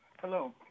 Hello